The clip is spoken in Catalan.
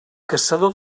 caçador